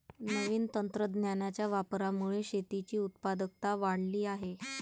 नवीन तंत्रज्ञानाच्या वापरामुळे शेतीची उत्पादकता वाढली आहे